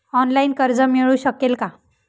Online कर्ज मिळू शकेल का?